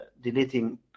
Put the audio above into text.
deleting